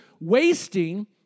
wasting